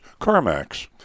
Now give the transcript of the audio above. CarMax